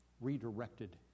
redirected